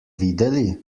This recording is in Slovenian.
videli